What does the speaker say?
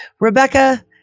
Rebecca